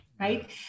right